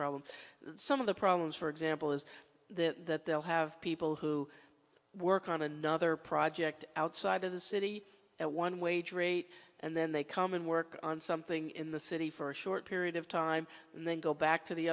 problem and some of the problems for example is the will have people who work on another project outside of the city at one wage rate and then they come and work on something in the city for a short period of time and then go back to the